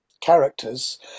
characters